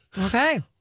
Okay